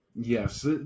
Yes